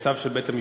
בצו של בית-המשפט,